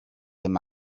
him